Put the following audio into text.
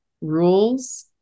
rules